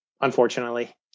unfortunately